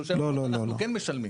--- אנחנו כן משלמים.